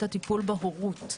את הטיפול בהורות.